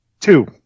Two